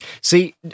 See